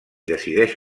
decideix